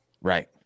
Right